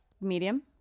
medium